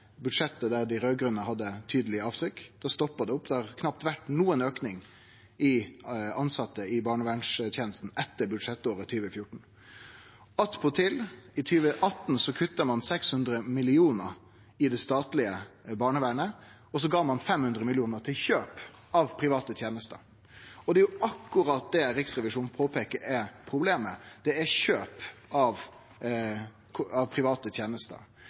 budsjettet der dei raud-grøne hadde tydelege avtrykk. Da stoppa det opp. Det har knapt vore nokon auke i talet på tilsette i barnevernstenesta etter budsjettåret 2014. I 2018 kutta ein attpåtil 600 mill. kr i det statlege barnevernet, og så gav ein 500 mill. kr til kjøp av private tenester. Det er akkurat det Riksrevisjonen påpeiker at er problemet. Det er kjøp av private tenester,